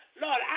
Lord